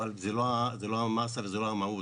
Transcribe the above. אבל זו לא המסה וזו לא המהות,